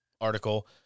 article